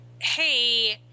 hey –